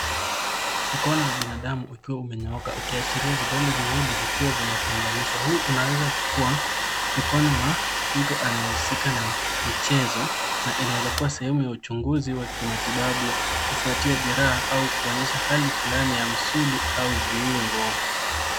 Mkono wa binadamu ukiwa umenyooka ukiashiria vidole viwili vikiwa vimetenganishwa. Huu unaweza kuwa mkono wa mtu anayehusika na michezo, na inaweza kuwa sehemu ya uchunguzi wa kimatibabu kufuatia jeraha, au kuonyesha hali fulani ya misuli au viungo.